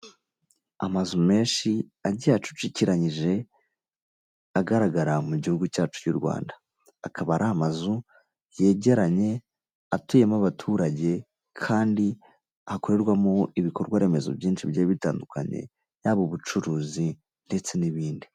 Amazu menshi agiye ucukikiranyije agaragara mu gihugu cyacu cy'u Rwanda. Akaba ari amazu yegeranye atuyemo abaturage kandi hakorerwamo ibikorwaremezo byinshi bigiye bitandukanye yaba ubucuruzi ndetse n'ibindi.